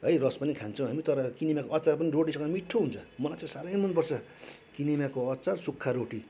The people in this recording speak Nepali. है रस पनि खान्छौँ हामी तर किनेमाको अचार पनि रोटीसँग मिठो हुन्छ मलाई साह्रै मनपर्छ किनेमाको अचार सुक्खा रोटी